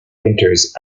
winters